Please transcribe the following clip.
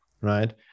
right